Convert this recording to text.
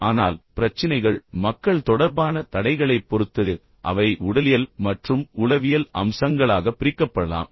ஆனால் பிரச்சினைகள் மக்கள் தொடர்பான தடைகளைப் பொறுத்தது அவை உடலியல் மற்றும் உளவியல் அம்சங்களாகப் பிரிக்கப்படலாம்